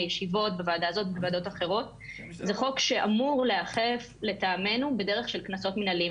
זה חוק שאמור להיאכף בטעמנו בדרך של קנסות מנהליים.